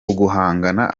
uguhangana